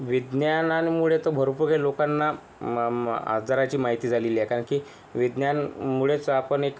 विज्ञानांमुळे तर भरपूर काही लोकांना आजाराची माहिती झालेली आहे कारण की विज्ञानमुळेच आपण एक